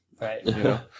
Right